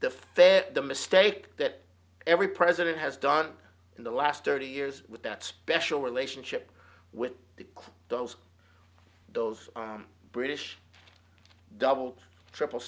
fed the mistake that every president has done in the last thirty years with that special relationship with the those those british double triple